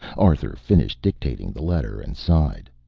arthur finished dictating the letter and sighed.